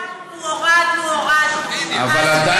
הורדנו, הורדנו, הורדנו, אז בשביל מה?